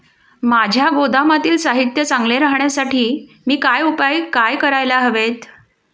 माझ्या गोदामातील साहित्य चांगले राहण्यासाठी मी काय उपाय काय करायला हवेत?